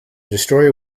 destroyer